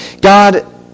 God